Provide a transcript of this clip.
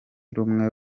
rumwe